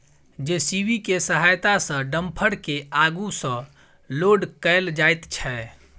JCB के सहायता सॅ डम्फर के आगू सॅ लोड कयल जाइत छै